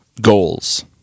goals